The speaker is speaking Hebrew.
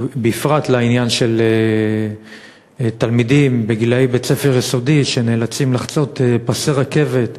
בפרט לעניין של תלמידים בגיל בית-ספר יסודי שנאלצים לחצות פסי רכבת,